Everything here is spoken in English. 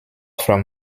from